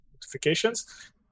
notifications